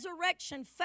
resurrection